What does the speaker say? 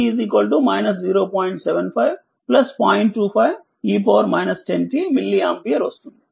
25 e 10t మిల్లీఆంపియర్ వస్తుంది